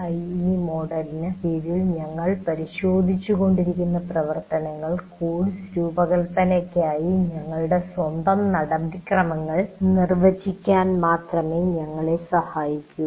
ADDIE മോഡലിന് കീഴിൽ ഞങ്ങൾ പരിശോധിച്ചു കൊണ്ടിരിക്കുന്ന പ്രവർത്തനങ്ങൾ കോഴ്സ് രൂപകൽപ്പനയ്ക്കായി ഞങ്ങളുടെ സ്വന്തം നടപടിക്രമങ്ങൾ നിർവചിക്കാൻ മാത്രമേ ഞങ്ങളെ സഹായിക്കൂ